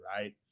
right